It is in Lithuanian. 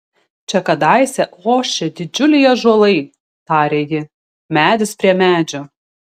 čia kadaise ošė didžiuliai ąžuolai tarė ji medis prie medžio